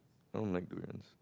I don't like durians